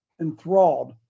enthralled